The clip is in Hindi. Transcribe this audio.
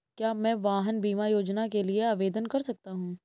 क्या मैं वाहन बीमा योजना के लिए आवेदन कर सकता हूँ?